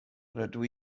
rydw